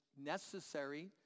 necessary